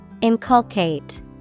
Inculcate